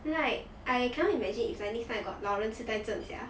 like I cannot imagine if like next time I got 老人痴呆症 sia